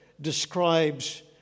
describes